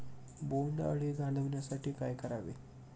बोंडअळी घालवण्यासाठी काय करावे?